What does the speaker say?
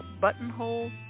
Buttonhole